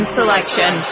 Selection